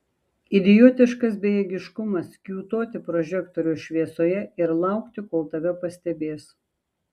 idiotiškas bejėgiškumas kiūtoti prožektoriaus šviesoje ir laukti kol tave pastebės